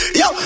yo